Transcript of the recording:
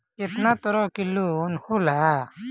केतना तरह के लोन होला?